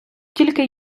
тільки